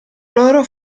loro